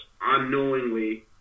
unknowingly